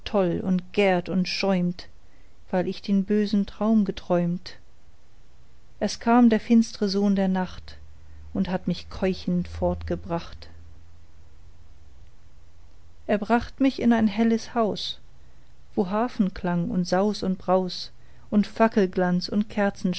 und gärt und schäumt weil ich den bösen traum geträumt es kam der finstre sohn der nacht und hat mich keuchend fortgebracht er bracht mich in ein helles haus wo harfenklang und saus und braus und fackelglanz und